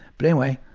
but anyway,